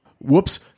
whoops